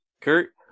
Kurt